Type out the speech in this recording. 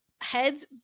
heads